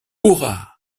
hurrah